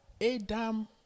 Adam